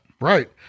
Right